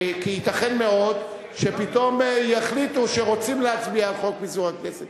כי ייתכן מאוד שפתאום יחליטו שרוצים להצביע על חוק פיזור הכנסת.